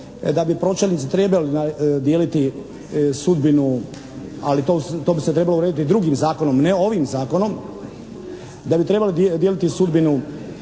da bi pročelnici trebali dijeliti sudbinu ali to bi se trebalo urediti drugim zakonom, ne ovim zakonom. Da bi trebali dijeliti sudbinu